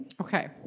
okay